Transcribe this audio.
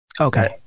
Okay